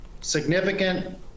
significant